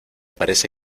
parece